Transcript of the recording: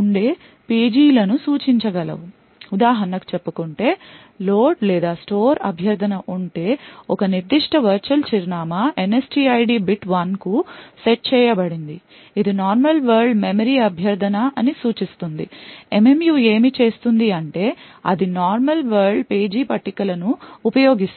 ఉండే పేజీల ను సూచించగలవు ఉదాహరణకు చెప్పుకుంటే లోడ్ లేదా స్టోర్ అభ్యర్థన ఉంటే ఒక నిర్దిష్ట వర్చువల్ చిరునామా NSTID బిట్ 1 కు సెట్ చేయబడింది ఇది నార్మల్ వరల్డ్ మెమరీ అభ్యర్థన అని సూచిస్తుంది MMU ఏమి చేస్తుంది అంటే అది నార్మల్ వరల్డ్ పేజీ పట్టికల ను ఉపయోగిస్తుంది